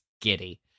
giddy